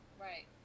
Right